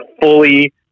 fully